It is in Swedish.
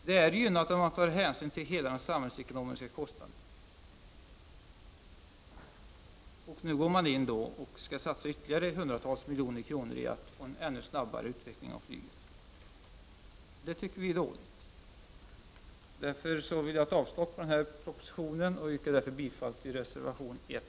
Det är gynnat om man tar hänsyn till hela den samhällsekonomiska kostnaden. Nu tänker man satsa ytterligare hundratals miljoner kronor på att få en ännu snabbare utveckling av flyget. Det tycker vi är dåligt. Därför vill jag se ett avslag på den här propositionen och yrkar av den anledningen bifall till reservation 1.